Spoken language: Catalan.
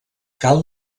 cal